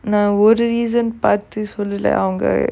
நா ஒரு:naa oru recent பாத்து சொல்லல அவங்க:paathu sollala avanga err